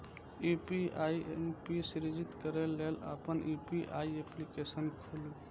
UPI PIN सृजित करै लेल अपन यू.पी.आई एप्लीकेशन खोलू